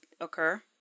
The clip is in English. occur